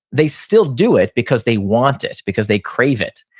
they still do it because they want it, because they crave it.